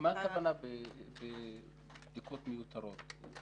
מה הכוונה בבדיקות מיותרות?